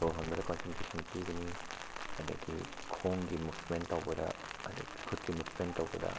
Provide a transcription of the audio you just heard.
ꯁꯣꯔ ꯍꯣꯟꯕꯗ ꯀꯣꯟꯁꯦꯟꯇ꯭ꯔꯦꯁꯟ ꯄꯤꯒꯅꯤ ꯑꯗꯒꯤ ꯈꯣꯡꯒꯤ ꯃꯨꯞꯃꯦꯟ ꯇꯧꯕꯗ ꯑꯗꯒꯤ ꯈꯨꯠꯀꯤ ꯃꯨꯞꯃꯦꯟ ꯇꯧꯕꯗ